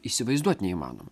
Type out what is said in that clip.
įsivaizduot neįmanoma